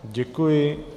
Děkuji.